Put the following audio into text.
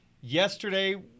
Yesterday